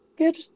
Good